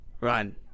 run